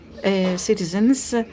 citizens